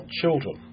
children